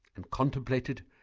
and contemplated,